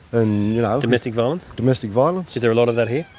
and you know domestic violence? domestic violence. is there a lot of that here?